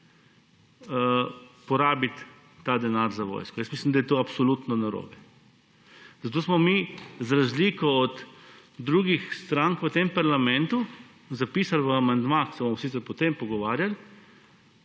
porabiti ta denar za vojsko. Jaz mislim, da je to absolutno narobe. Zato smo mi za razliko od drugih strank v tem parlamentu zapisali v amandma, o tem se bomo sicer potem pogovarjali,